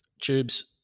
Tubes